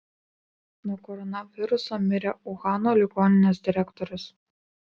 nuo koronaviruso mirė uhano ligoninės direktorius